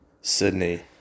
Sydney